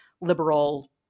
liberal